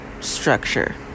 structure